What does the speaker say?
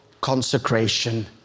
consecration